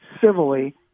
civilly